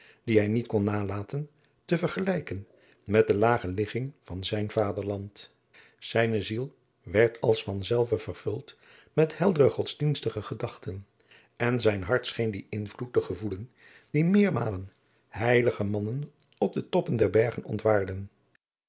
die hij niet kon nalaten te vergelijken met de lage ligging van zijn vaderland zijne ziel werd als van zelve vervuld met heldere godsdienstige gedachten en zijn hart scheen dien invloed te gevoelen dien meermalen heilige mannen op de toppen der bergen ontwaarden